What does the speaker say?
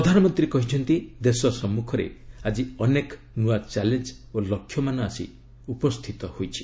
ପ୍ରଧାନମନ୍ତ୍ରୀ କହିଛନ୍ତି ଦେଶ ସମ୍ମୁଖରେ ଆକି ଅନେକ ନୂଆ ଚ୍ୟାଲେଞ୍ଜ ଓ ଲକ୍ଷ୍ୟମାନ ଆସି ଉପସ୍ଥିତ ହୋଇଛି